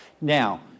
Now